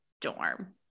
dorm